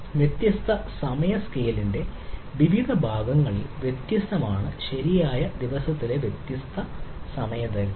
വ്യത്യസ്ത സമയ സ്കെയിലിന്റെ വിവിധ ഭാഗങ്ങളിൽ വ്യത്യസ്തമാണ് ശരിയായ ദിവസത്തിലെ വ്യത്യസ്ത സമയദൈർഘ്യം